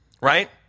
right